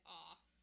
off